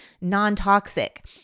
non-toxic